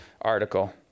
article